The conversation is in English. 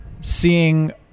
seeing